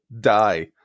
die